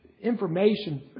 information